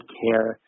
care